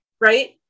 right